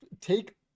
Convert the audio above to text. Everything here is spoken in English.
take